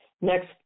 Next